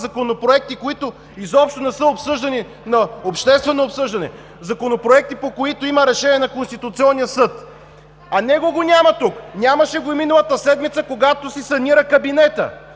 законопроекти, които изобщо не са били на обществено обсъждане, законопроекти, по които има решение на Конституционния съд, а него го няма тук. Нямаше го и миналата седмица, когато си санира кабинета.